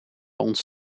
ons